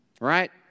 Right